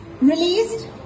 released